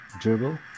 dribble